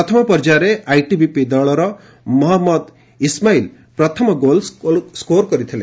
ପ୍ରଥମ ପର୍ଯ୍ୟାୟରେ ଆଇଟିବିପି ଦଳର ମହନ୍ମଦ ଇସ୍ମାଇଲ ପ୍ରଥମ ଗୋଲସ୍କୋର କରିଥିଲେ